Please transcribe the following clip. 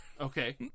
Okay